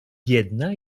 biedna